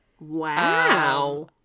Wow